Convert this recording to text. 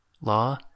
law